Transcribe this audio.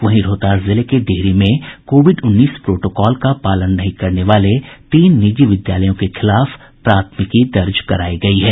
इधर रोहतास जिले के डिहरी में कोविड उन्नीस प्रोटोकॉल का पालन नहीं करने वाले तीन निजी विद्यालयों के खिलाफ प्राथमिकी दर्ज कराई गई है